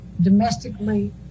domestically